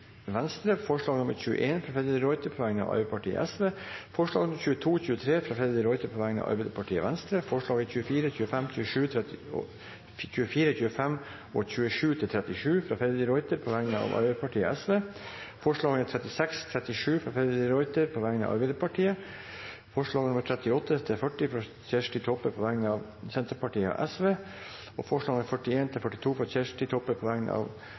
Venstre og Sosialistisk Venstreparti forslag nr. 21, fra Freddy de Ruiter på vegne av Arbeiderpartiet og Senterpartiet forslagene nr. 22 og 23, fra Freddy de Ruiter på vegne av Arbeiderpartiet og Venstre forslagene nr. 24, 25 og 27–35, fra Freddy de Ruiter på vegne av Arbeiderpartiet og Sosialistisk Venstreparti forslagene nr. 36 og 37, fra Freddy de Ruiter på vegne av Arbeiderpartiet forslagene nr. 38–40, fra Kjersti Toppe på vegne av Senterpartiet og Sosialistisk Venstreparti forslagene nr. 41 og 42, fra Kjersti Toppe på vegne av